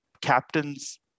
captains